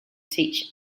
teach